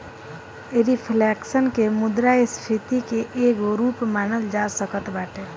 reflection के मुद्रास्फीति के एगो रूप मानल जा सकत बाटे